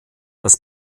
dass